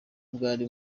bwari